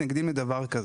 מתנגדים לדבר כזה.